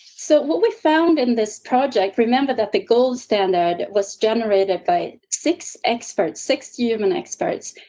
so, what we found in this project, remember that the gold standard was generated by six experts six human experts.